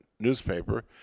newspaper